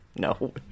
No